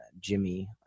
Jimmy